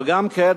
אבל גם כעת,